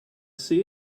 see